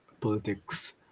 politics